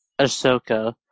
Ahsoka